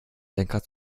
lenkrad